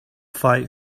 fight